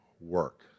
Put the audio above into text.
work